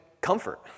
comfort